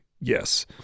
yes